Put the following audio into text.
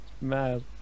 mad